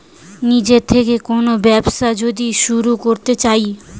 নিজের থেকে কোন ব্যবসা যদি শুরু করতে চাই